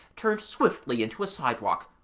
turned swiftly into a side-walk,